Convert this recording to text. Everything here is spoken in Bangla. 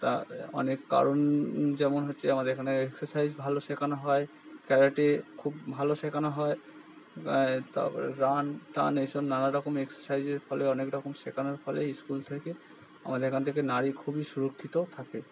তা অনেক কারণ যেমন হচ্ছে আমাদের এখানে এক্সেসাইজ ভালো শেখানো হয় ক্যারাটে খুব ভালো শেখানো হয় তারপরে রান টান এসব নানারকম এক্সেসাইজের ফলে অনেক রকম শেখানোর ফলে স্কুল থেকে আমাদের এখান থেকে নারী খুবই সুরক্ষিত থাকে